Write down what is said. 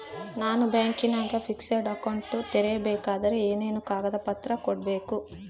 ನಾನು ಬ್ಯಾಂಕಿನಾಗ fixed account ತೆರಿಬೇಕಾದರೆ ಏನೇನು ಕಾಗದ ಪತ್ರ ಕೊಡ್ಬೇಕು?